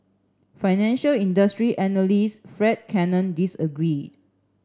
financial industry analyst Fred Cannon disagreed